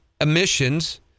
emissions